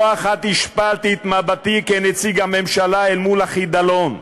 לא אחת השפלתי את מבטי כנציג הממשלה אל מול החידלון.